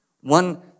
One